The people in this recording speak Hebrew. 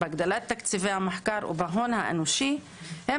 בהגדלת תקציבי המחקר ובהון האנושי הם